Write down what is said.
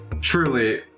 truly